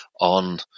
on